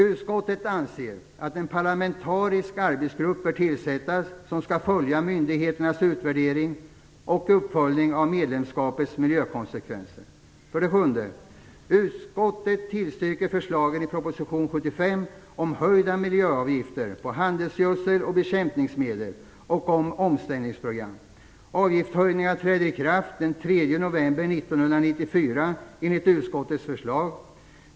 Utskottet anser att en parlamentarisk arbetsgrupp bör tillsättas som skall följa myndigheternas utvärdering och uppföljning av medlemskapets miljökonsekvenser. 7. Utskottet tillstyrker förslagen i proposition 75 om höjda miljöavgifter på handelsgödsel och bekämpningsmedel och om omställningsprogrammet. Avgiftshöjningen träder i kraft den 3 november 1994 enligt utskottets förslag.